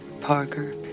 Parker